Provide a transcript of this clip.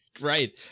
Right